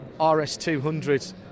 RS200